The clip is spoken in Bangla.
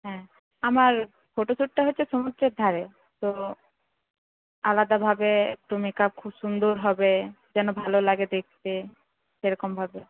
হ্যাঁ আমার ফটোশুটটা হচ্ছে সমুদ্রের ধারে তো আলাদাভাবে একটু মেকাপ খুব সুন্দর হবে যেন ভালো লাগে দেখতে সেইরকমভাবে